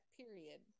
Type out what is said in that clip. period